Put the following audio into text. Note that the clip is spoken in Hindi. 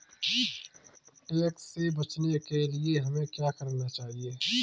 टैक्स से बचने के लिए हमें क्या करना चाहिए?